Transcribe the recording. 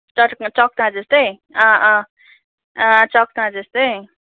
चट चकना जस्तै अँ अँ अँ चकना जस्तै